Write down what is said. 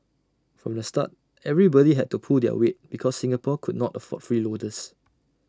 from the start everybody had to pull their weight because Singapore could not afford freeloaders